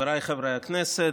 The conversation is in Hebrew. חבריי חברי הכנסת,